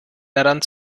daran